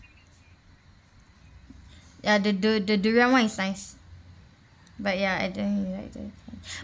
ya the the the durian one is nice but ya I think you like that